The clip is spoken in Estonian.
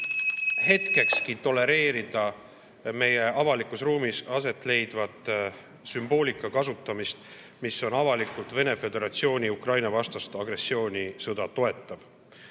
hetkekski tolereerida meie avalikus ruumis aset leidvat sümboolika kasutamist, mis on avalikult Venemaa Föderatsiooni Ukraina-vastast agressioonisõda